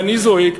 ואני זועק,